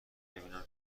ببینم